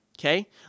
okay